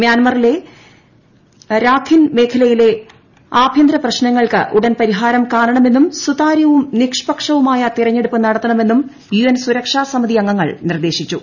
മ്യാൻമറിലെ Rakhine മേഖലയിലെ ആഭ്യന്തര പ്രശ്നങ്ങൾക്ക് ഉടൻ പരിഹാരം കാണണമെന്നും സുതാര്യവും നിഷ്പക്ഷവുമായ തെരഞ്ഞെടുപ്പ് നടത്തണമെന്നും യു എൻ സുരക്ഷാ സമിതി അംഗങ്ങൾ നിർദ്ദേശിച്ചു